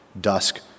dusk